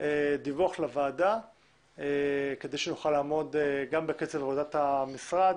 דיווח לוועדה כדי שנוכל לעמוד גם על קצב עבודת המשרד